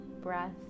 breath